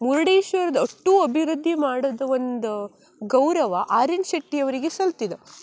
ಮುರ್ಡೇಶ್ವರದ ಅಷ್ಟೂ ಅಭಿವೃದ್ದಿ ಮಾಡೋದ್ ಒಂದು ಗೌರವ ಆರ್ ಎನ್ ಶೆಟ್ಟಿಯವರಿಗೆ ಸಲ್ತದ್